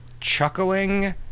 chuckling